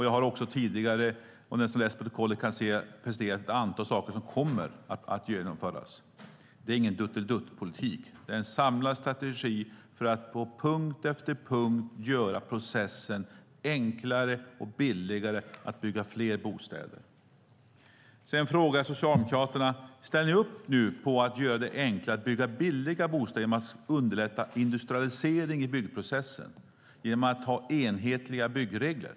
Jag har också tidigare - som den som läser protokollet kan se - presenterat ett antal saker som kommer att genomföras. Det är ingen "duttelidutt"-politik, utan det är en samlad strategi för att på punkt efter punkt göra processen att bygga fler bostäder enklare och billigare. Jag frågade Socialdemokraterna: Ställer ni upp på att göra det enklare att bygga billiga bostäder genom att underlätta industrialisering i byggprocessen genom att ha enhetliga byggregler?